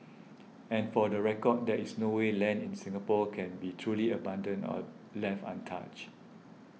and for the record there is no way land in Singapore can be truly abandoned or left untouched